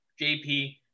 JP